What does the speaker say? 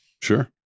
Sure